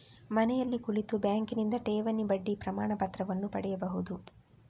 ಮನೆಯಲ್ಲಿ ಕುಳಿತು ಬ್ಯಾಂಕಿನಿಂದ ಠೇವಣಿ ಬಡ್ಡಿ ಪ್ರಮಾಣಪತ್ರವನ್ನು ಪಡೆಯಬಹುದು